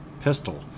pistol